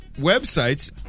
websites